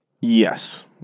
Yes